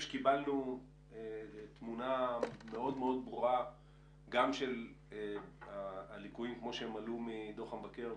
שקיבלנו תמונה מאוד ברורה של הליקויים כמו שעלו מדוח המבקר,